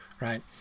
right